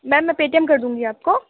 میم میں Paytm کر دوں گی آپ